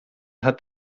hat